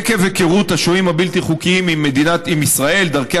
עקב היכרות השוהים הבלתי-חוקיים עם ישראל ודרכי